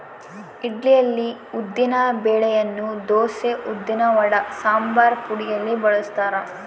ಇಡ್ಲಿಯಲ್ಲಿ ಉದ್ದಿನ ಬೆಳೆಯನ್ನು ದೋಸೆ, ಉದ್ದಿನವಡ, ಸಂಬಾರಪುಡಿಯಲ್ಲಿ ಬಳಸ್ತಾರ